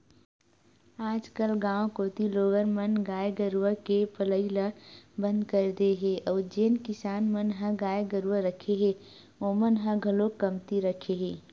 आजकल गाँव कोती लोगन मन गाय गरुवा के पलई ल बंद कर दे हे अउ जेन किसान मन ह गाय गरुवा रखे हे ओमन ह घलोक कमती रखे हे